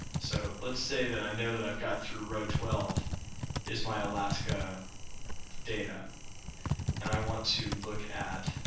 so, let's say that i know that i got through row twelve is my alaska data and i want to look at